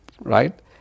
right